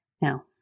Now